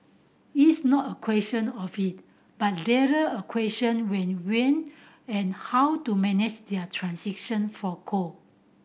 it's not a question of it but rather a question when we and how to manage their transition for coal